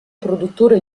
produttore